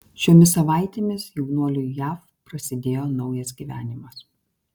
šiomis savaitėmis jaunuoliui jav prasidėjo naujas gyvenimas